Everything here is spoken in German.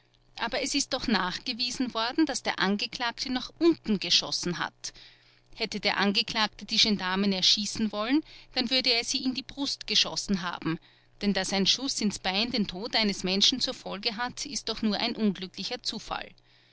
aber es ist doch nachgewiesen worden daß der angeklagte nach unten geschossen hat hätte der angeklagte die gendarmen erschießen wollen dann würde er sie in die brust geschossen haben denn daß ein schuß ins bein den tod eines menschen zur folge hat ist doch nur ein unglücklicher zufall